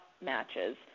matches